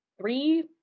three